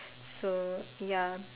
so ya